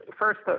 first